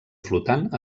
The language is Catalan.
flotant